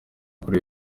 kuri